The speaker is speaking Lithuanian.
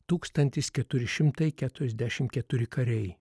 tūkstantis keturi šimtai keturiasdešimt keturi kariai